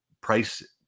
price